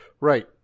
Right